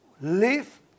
live